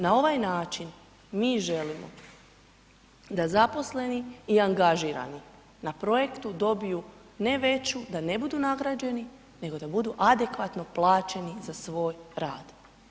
Na ovaj način mi želimo da zaposleni i angažirani na projekti dobiju ne veću, da ne budu nagrađeni, nego da budu adekvatno plaćeni za svoj rad.